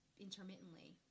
intermittently